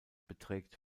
beträgt